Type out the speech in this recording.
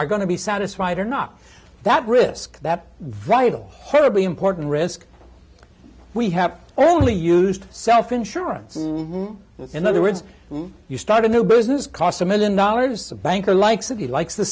are going to be satisfied or not that risk that vital horribly important risk we have only used self insurance in other words you start a new business cost a million dollars a bank the likes of the likes the